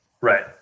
right